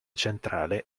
centrale